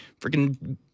freaking